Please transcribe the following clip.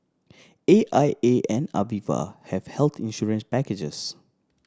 A I A and Aviva have health insurance packages